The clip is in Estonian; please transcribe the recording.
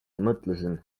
mõtlesin